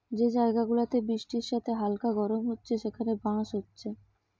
যে জায়গা গুলাতে বৃষ্টির সাথে হালকা গরম হচ্ছে সেখানে বাঁশ হচ্ছে